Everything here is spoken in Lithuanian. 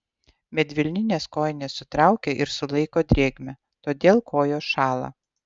medvilninės kojinės sutraukia ir sulaiko drėgmę todėl kojos šąla